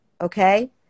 Okay